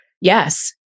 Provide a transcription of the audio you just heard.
Yes